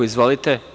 Izvolite.